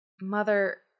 Mother